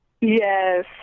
Yes